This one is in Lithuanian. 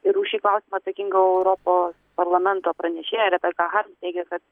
ir už šį klausimą atsakinga europos parlamento pranešėja rebeka harms teigė kad